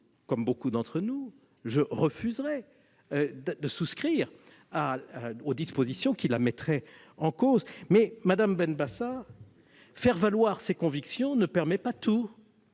comme beaucoup d'entre nous, de souscrire à des dispositions qui les remettraient en cause. Madame Benbassa, faire valoir ses convictions ne permet pas tout.